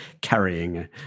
carrying